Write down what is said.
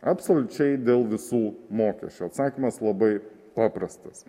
absoliučiai dėl visų mokesčių atsakymas labai paprastas